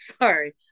sorry